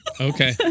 okay